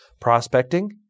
prospecting